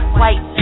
white